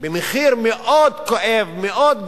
במחיר מאוד כואב, מאוד גבוה,